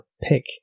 pick